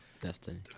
destiny